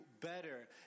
better